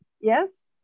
yes